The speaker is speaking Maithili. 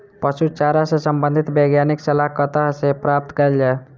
पशु चारा सऽ संबंधित वैज्ञानिक सलाह कतह सऽ प्राप्त कैल जाय?